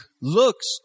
looks